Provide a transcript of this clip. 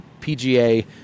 pga